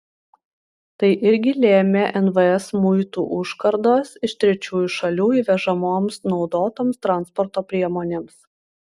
tai irgi lėmė nvs muitų užkardos iš trečiųjų šalių įvežamoms naudotoms transporto priemonėms